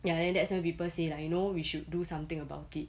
ya then that's why people say like you know we should do something about it